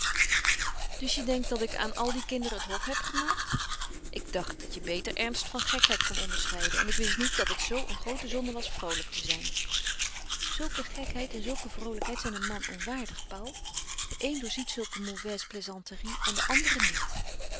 dus je denkt dat ik aan al die kinderen het hof heb gemaakt ik dacht dat je beter ernst van gekheid kon onderscheiden en ik wist niet dat het zoo een groote zonde was vroolijk te zijn zulke gekheid en zulke vroolijkheid zijn een man onwaardig paul de een doorziet zulke mauvaises plaisanteries en de ander niet